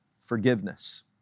forgiveness